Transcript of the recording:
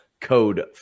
code